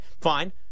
fine